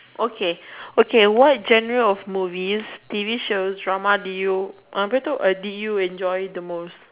okay okay what genre of movies T_V shows dramas did you apa tu uh did you enjoy the most